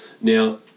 Now